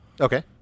Okay